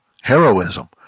heroism